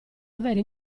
avere